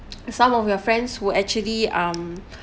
some of your friends who actually um